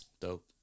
Dope